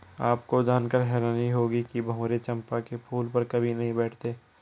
आपको जानकर हैरानी होगी कि भंवरे चंपा के फूल पर कभी नहीं बैठते